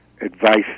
advice